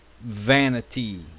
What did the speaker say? vanity